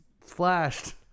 flashed